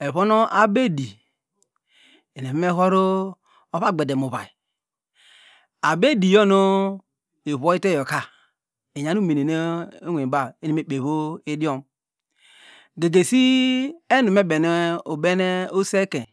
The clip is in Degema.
evon abedi evome horu ovogbe demuvay abo ediyonu ivio ite yoka igan umenenu ivuvi nwo baw evome kperi idiom gegesi enumebene ubene oso ekekiny.